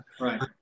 right